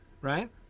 Right